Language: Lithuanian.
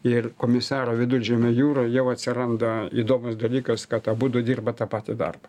ir komisaro viduržemio jūroj jau atsiranda įdomus dalykas kad abudu dirba tą patį darbą